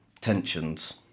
tensions